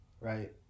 Right